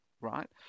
right